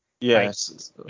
Yes